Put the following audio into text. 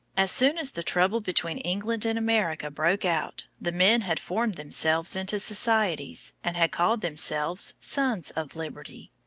as soon as the trouble between england and america broke out, the men had formed themselves into societies, and had called themselves sons of liberty.